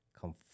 come